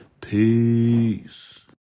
peace